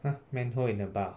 !huh! when go in the bar